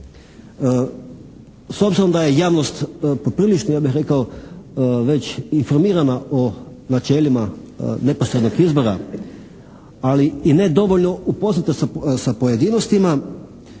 S obzirom da je javnost poprilično ja bih rekao već informirana o načelima neposrednog izbora, ali i ne dovoljno upoznata sa pojedinostima